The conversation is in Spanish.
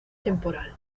temporal